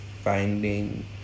finding